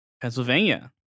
Pennsylvania